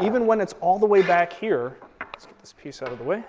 even when it's all the way back here. let's get this piece out of the way.